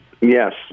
yes